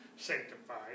sanctified